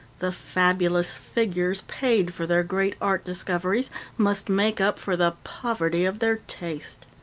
the fabulous figures paid for their great art discoveries must make up for the poverty of their taste.